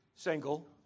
single